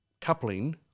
coupling